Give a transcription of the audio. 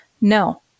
No